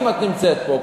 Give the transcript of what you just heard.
אם את נמצאת פה,